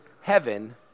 heaven